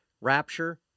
rapture